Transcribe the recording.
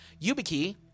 YubiKey